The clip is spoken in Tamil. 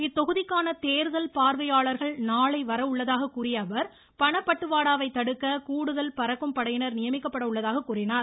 இத்தொகுதிக்கான தேர்தல் பார்வையாளர்கள் நாளை வர உள்ளதாக கூறிய அவர் பணப்பட்டுவாடாவை தடுக்க கூடுதல் பறக்கும் படையினர் நியமிக்கப்பட உள்ளதாக கூறினார்